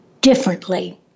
differently